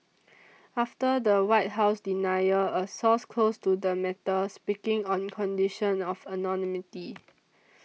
after the White House denial a source close to the matter speaking on condition of anonymity